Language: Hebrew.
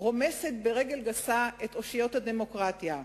רומסת ברגל גסה את אושיות הדמוקרטיה.